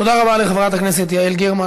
תודה רבה לחברת הכנסת יעל גרמן.